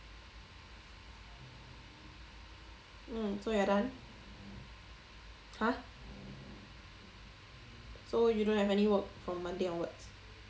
mm so you're done !huh! so you don't have any work from monday onwards